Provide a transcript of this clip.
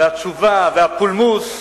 והתשובה והפולמוס.